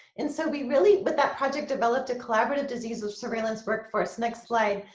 and so we really with that project, developed a collaborative disease with surveillance workforce. next slide,